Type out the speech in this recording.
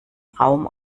raum